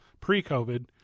pre-COVID